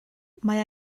mae